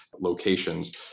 locations